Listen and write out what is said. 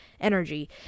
energy